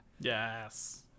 Yes